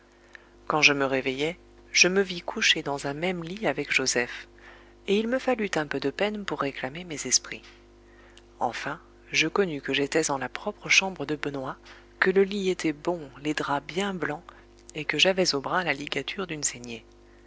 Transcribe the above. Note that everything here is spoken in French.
quand je me réveillai je me vis couché dans un même lit avec joseph et il me fallut un peu de peine pour réclamer mes esprits enfin je connus que j'étais en la propre chambre de benoît que le lit était bon les draps bien blancs et que j'avais au bras la ligature d'une saignée